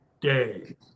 day